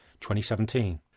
2017